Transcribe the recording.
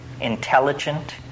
intelligent